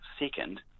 Second